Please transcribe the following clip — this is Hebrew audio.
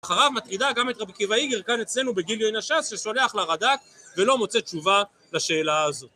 אחריו מטרידה גם את רבי עקיבא איגר כאן אצלנו בגיליון הש"ס ששולח לרד"ק ולא מוצא תשובה לשאלה הזו.